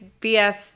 BF